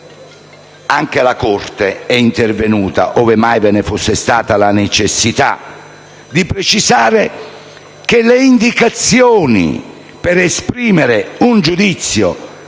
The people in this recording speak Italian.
Anche la Corte, quindi, è intervenuta, ove mai ve ne fosse stata la necessità, per precisare che le indicazioni per esprimere un giudizio